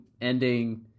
ending